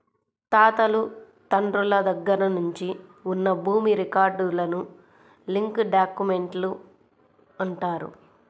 తాతలు తండ్రుల దగ్గర నుంచి ఉన్న భూమి రికార్డులను లింక్ డాక్యుమెంట్లు అంటారు